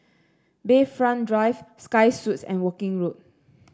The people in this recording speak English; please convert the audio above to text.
Bayfront Drive Sky Suites and Woking Road